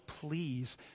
please